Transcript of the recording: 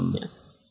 Yes